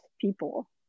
people